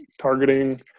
targeting